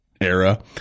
era